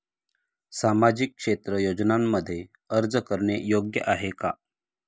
सामाजिक क्षेत्र योजनांमध्ये अर्ज करणे योग्य आहे का?